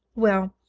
well,